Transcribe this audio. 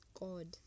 God